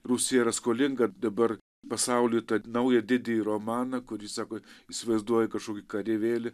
rusija yra skolinga dabar pasauliui tą naują didįjį romaną kurį sako įsivaizduoji kažkokį kareivėlį